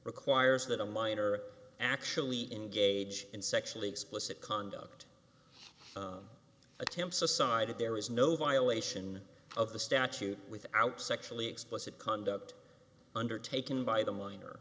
requires that a minor actually engage in sexually explicit conduct attempts aside there is no violation of the statute without sexually explicit conduct undertaken by the minor